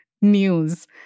news